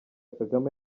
kagame